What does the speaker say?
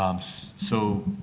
um so so,